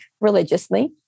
religiously